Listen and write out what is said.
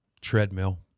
treadmill